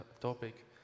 topic